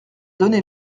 donner